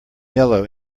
yellow